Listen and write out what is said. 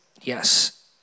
Yes